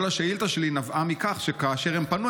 כל השאילתה שלי נבעה מכך שכאשר הם פנו,